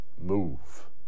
move